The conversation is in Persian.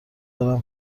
دارم